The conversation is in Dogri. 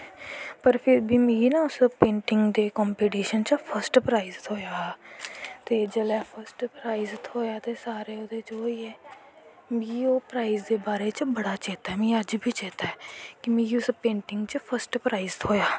पर फिर बी मिगी ना उस पेंटिंग दे बिच्च फर्स्ट प्र्ईज़ थ्होया हा ते जिसलै फर्स्ट प्राईंज़ थ्होआ ते सारे ओह् होई गे मिगी ओह् प्राईंज़ दे बारे च बड़ा चेत्ता ऐ मिगी अज्ज बी चेत्ता ऐ कि मिगी उस पेंटिंग च फस्ट प्राईंज़ थ्होआ